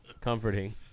comforting